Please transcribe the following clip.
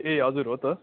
ए हजुर हो त